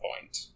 point